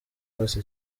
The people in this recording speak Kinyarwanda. hose